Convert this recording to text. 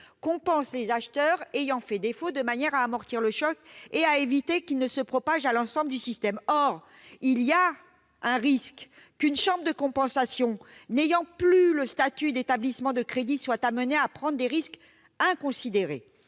compensent les acheteurs ayant fait défaut, de manière à amortir le choc et éviter qu'il ne se propage à l'ensemble du système. Or il y a un risque qu'une chambre de compensation n'ayant plus le statut d'établissement de crédit ne soit amenée à prendre des risques inconsidérés,